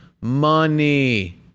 Money